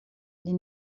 les